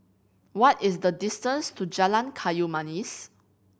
what is the distance to Jalan Kayu Manis